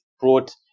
brought